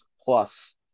plus